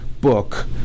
book